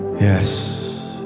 Yes